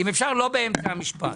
אם אפשר לא באמצע המשפט.